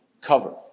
cover